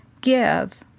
give